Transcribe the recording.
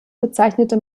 bezeichnete